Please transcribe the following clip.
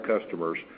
customers